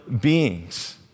beings